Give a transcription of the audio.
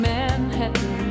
Manhattan